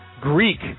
Greek